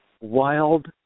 Wild